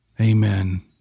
Amen